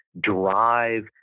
drive